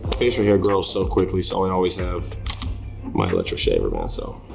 facial hair grows so quickly, so i always have my electric shaver, man, so